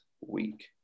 week